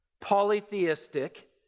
polytheistic